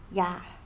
ya